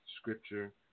Scripture